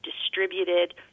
distributed